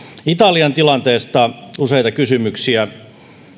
italian tilanteesta tuli useita kysymyksiä